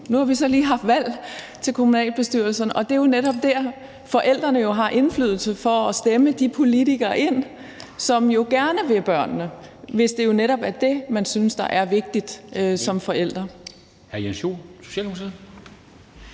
Nu har vi så lige haft valg til kommunalbestyrelserne, og det er jo netop der, forældrene har indflydelse til at stemme de politikere ind, som gerne vil børnene, hvis det netop er det, man synes er vigtigt som forældre.